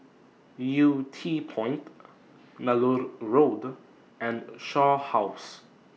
Yew Tee Point Nallur Road and Shaw House